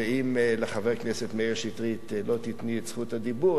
ואם לחבר הכנסת מאיר שטרית לא תיתני את זכות הדיבור,